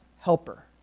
helper